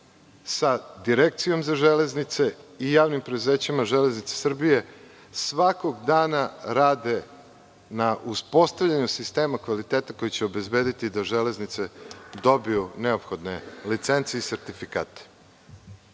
sa Direkcijom za železnice i javnim preduzećima „Železnice Srbije“, svakog dana rade na uspostavljaju sistema kvaliteta koji će obezbediti da železnice dobiju neophodne licence i